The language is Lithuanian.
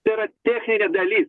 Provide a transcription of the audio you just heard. tai yra techninė dalis